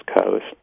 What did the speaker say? Coast